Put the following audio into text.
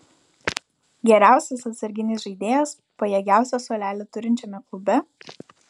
geriausias atsarginis žaidėjas pajėgiausią suolelį turinčiame klube